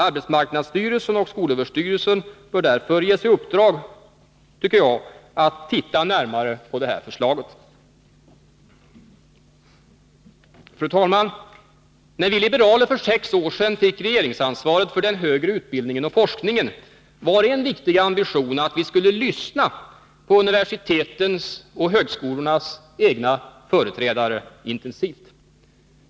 Arbetsmarknadsstyrelsen och SÖ bör därför ges i uppdrag att titta närmare på förslaget, tycker jag. Fru talman! När vi liberaler för sex år sedan fick regeringsansvaret för den högre utbildningen och forskningen var en viktig ambition att vi skulle lyssna intensivt på universitetens och högskolornas egna företrädare.